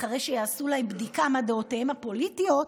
אחרי שיעשו להם בדיקה מה דעותיהם הפוליטיות,